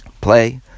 Play